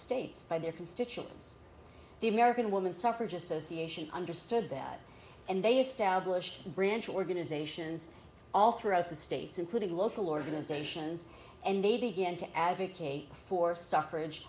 states by their constituents the american woman suffrage association understood that and they established branch organizations all throughout the states including local organizations and they began to advocate for suff